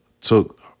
took